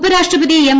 ഉപരാഷ്ട്രപതി എം